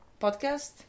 podcast